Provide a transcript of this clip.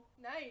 nice